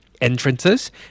entrances